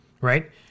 right